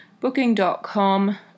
Booking.com